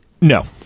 No